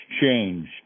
changed